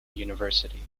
university